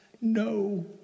No